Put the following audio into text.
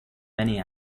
many